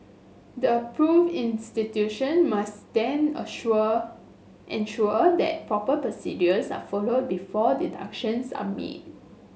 the approved institution must then assure ensure that proper procedures are followed before deductions are made